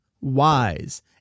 wise